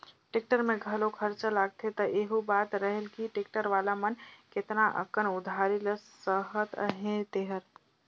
tractor में घलो खरचा लागथे त एहू बात रहेल कि टेक्टर वाला मन केतना अकन उधारी ल सहत अहें तेहर